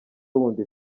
wundi